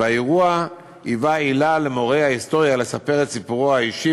והאירוע היווה עילה למורי ההיסטוריה לספר את סיפורו האישי